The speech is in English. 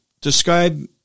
describe